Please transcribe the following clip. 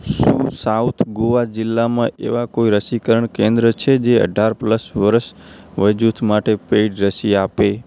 શું સાઉથ ગોવા જિલ્લામાં એવાં કોઈ રસીકરણ કેન્દ્ર છે જે અઢાર પ્લસ વર્ષ વય જૂથ માટે પેઈડ રસી આપે